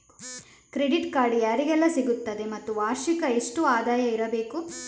Credit card ಯಾರಿಗೆಲ್ಲ ಸಿಗುತ್ತದೆ ಮತ್ತು ವಾರ್ಷಿಕ ಎಷ್ಟು ಆದಾಯ ಇರಬೇಕು?